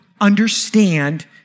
understand